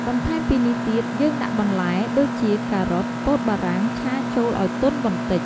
បន្ថែមពីនេះទៀតយើងដាក់បន្លែដូចជា ការ៉ុត ពោតបារាំងឆាចូលឱ្យទន់បន្តិច។